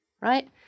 right